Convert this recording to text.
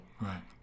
right